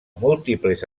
múltiples